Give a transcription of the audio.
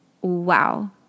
Wow